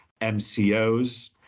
MCOs